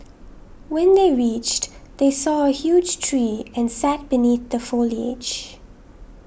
when they reached they saw a huge tree and sat beneath the foliage